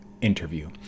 interview